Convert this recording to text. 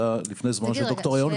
זה היה לפני זמנו של ד"ר ירון.